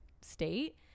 state